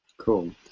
Cool